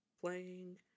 playing